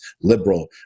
liberal